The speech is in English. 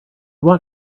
want